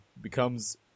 becomes